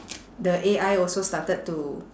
the A_I also started to